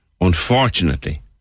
Unfortunately